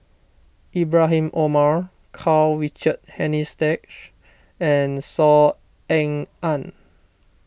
Ibrahim Omar Karl Richard Hanitsch and Saw Ean Ang